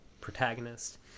protagonist